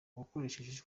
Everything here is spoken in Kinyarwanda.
uwakoresheje